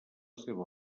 seva